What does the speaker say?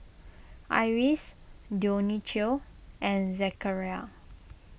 Iris Dionicio and Zechariah